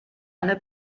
eine